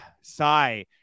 sigh